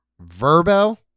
Verbo